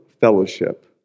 fellowship